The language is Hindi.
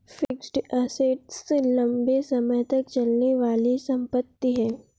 फिक्स्ड असेट्स लंबे समय तक चलने वाली संपत्ति है